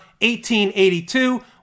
1882